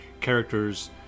character's